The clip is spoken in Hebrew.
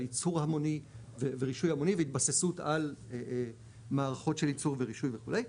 ייצור המוני ורישוי המוני והתבססות על מערכות של ייצור ורישוי וכו'.